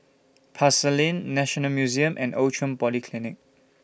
Pasar Lane National Museum and Outram Polyclinic